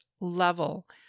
level